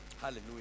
hallelujah